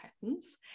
patterns